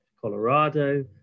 Colorado